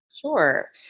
Sure